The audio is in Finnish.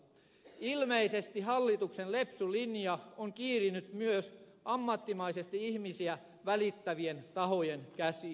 ilmeisesti hallituksen lepsu linja on kiirinyt myös ammattimaisesti ihmisiä välittävien tahojen käsiin